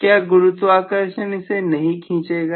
क्या गुरुत्वाकर्षण इसे नहीं खींचेगा